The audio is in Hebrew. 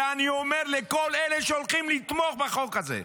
ואני אומר לכל אלה שהולכים לתמוך בחוק הזה: